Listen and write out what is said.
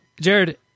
Jared